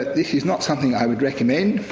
this is not something i would recommend.